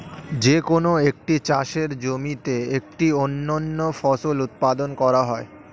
যে কোন একটি চাষের জমিতে একটি অনন্য ফসল উৎপাদন করা হয়